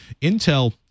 Intel